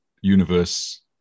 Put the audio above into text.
universe